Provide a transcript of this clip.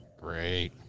Great